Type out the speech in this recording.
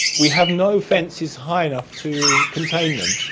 we have no fences high enough to contain them.